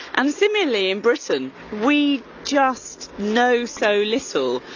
and similarly in britain, we just know so little.